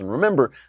Remember